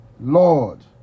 Lord